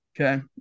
Okay